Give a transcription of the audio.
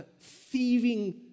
thieving